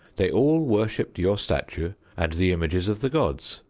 they all worshipped your statue and the images of the gods,